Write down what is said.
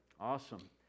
Awesome